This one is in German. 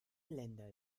länder